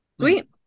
Sweet